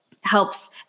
helps